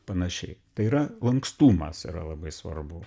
panašiai tai yra lankstumas yra labai svarbu